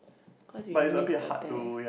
cause you miss the bear